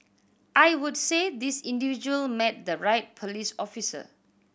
I would say this individual met the right police officer